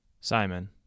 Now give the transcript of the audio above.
Simon